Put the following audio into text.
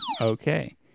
Okay